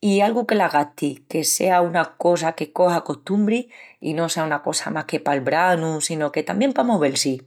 I algu que la gasti, que sea una cosa que coja costumbri i no sea una cosa más que pal branu sino que tamién pa movel-si.